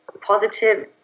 positive